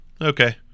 okay